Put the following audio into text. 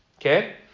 Okay